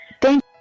Thank